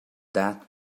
that